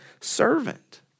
servant